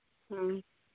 ꯎꯝ